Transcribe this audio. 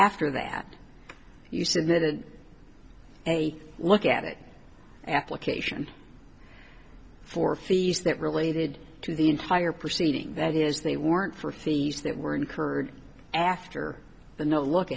after that you submitted a look at it application for fees that related to the entire proceeding that is the warrant for fees that were incurred after the no look